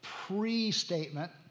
pre-statement